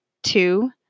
Two